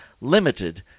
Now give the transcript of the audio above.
limited